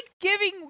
giving